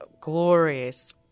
glorious